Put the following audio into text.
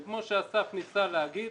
וכמו שאסף ניסה להגיד,